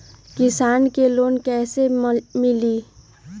किसान के लोन कैसे मिली?